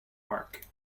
mark